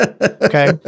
okay